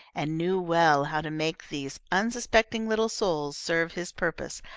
and knew well how to make these unsuspecting little souls serve his purpose,